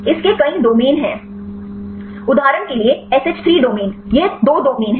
इसके कई डोमेन हैं उदाहरण के लिए SH3 डोमेन यह 2 डोमेन है